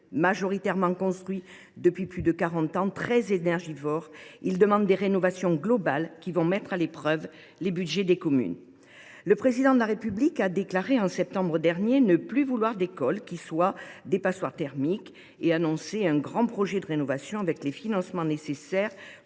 Majoritairement construites il y a plus de quarante ans, très énergivores, ces écoles demandent des rénovations globales qui vont mettre à l’épreuve les budgets des communes. Le Président de la République a déclaré en septembre dernier ne plus vouloir d’écoles qui soient des passoires thermiques ; il a annoncé un grand projet de rénovation, impliquant l’octroi des financements nécessaires